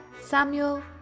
Samuel